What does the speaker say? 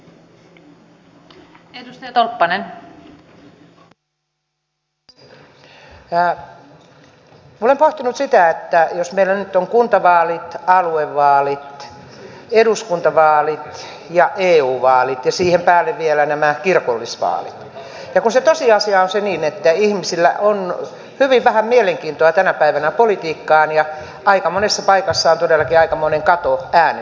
minä olen pohtinut sitä että meillä on nyt kuntavaalit aluevaalit eduskuntavaalit ja eu vaalit ja siihen päälle vielä nämä kirkollisvaalit ja se tosiasia on se että ihmisillä on hyvin vähän mielenkiintoa tänä päivänä politiikkaan ja aika monessa paikassa on todellakin aikamoinen kato äänestäjistä